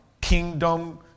kingdom